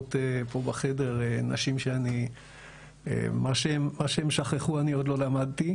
יושבות פה בחדר נשים שאני מה שהן שכחו אני עוד לא למדתי,